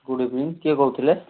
good evening କିଏ କହୁଥିଲେ